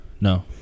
No